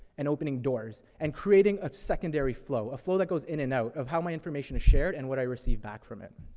and opening doors, and creating a secondary flow. a flow that goes in and out of how my information is shared and what i receive back from it.